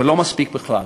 לא מספיק בכלל.